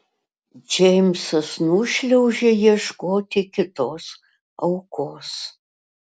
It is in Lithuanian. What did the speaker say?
džeimsas nušliaužia ieškoti kitos aukos